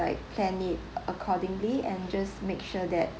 like plan it accordingly and just make sure that